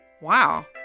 Wow